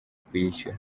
kuyishyura